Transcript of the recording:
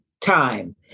time